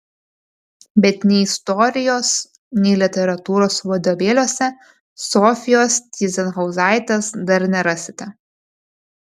bet nei istorijos nei literatūros vadovėliuose sofijos tyzenhauzaitės dar nerasite